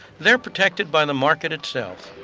they're protected by the market itself.